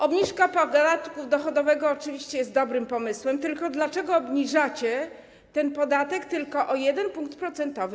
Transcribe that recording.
Obniżka podatku dochodowego oczywiście jest dobrym pomysłem, tylko dlaczego obniżacie ten podatek tylko o 1 punkt procentowy?